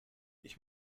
ich